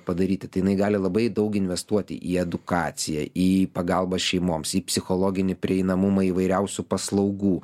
padaryti tai jinai gali labai daug investuoti į edukaciją į pagalbą šeimomsį psichologinį prieinamumą įvairiausių paslaugų